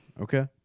okay